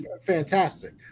Fantastic